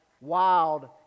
wild